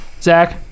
Zach